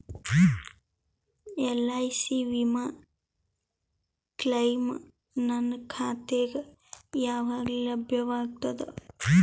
LIC ವಿಮಾ claim ನನ್ನ ಖಾತಾಗ ಯಾವಾಗ ಲಭ್ಯವಾಗತದ?